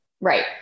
Right